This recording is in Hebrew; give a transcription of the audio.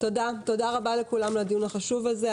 תודה רבה לכולם על הדיון החשוב הזה,